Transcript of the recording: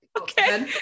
Okay